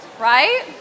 right